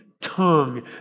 tongue